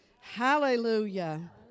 hallelujah